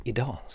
Idag